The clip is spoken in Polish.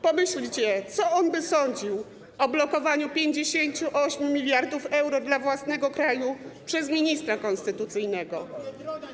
Pomyślcie, co on by sądził o blokowaniu 58 mld euro dla własnego kraju przez ministra konstytucyjnego.